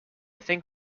think